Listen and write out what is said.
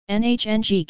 nhng